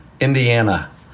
Indiana